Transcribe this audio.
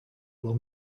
will